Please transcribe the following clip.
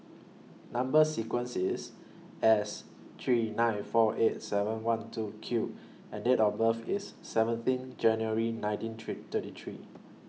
Number sequence IS S three nine four eight seven one two Q and Date of birth IS seventeen January nineteen three thirty three